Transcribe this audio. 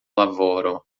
lavoro